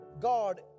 God